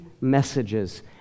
messages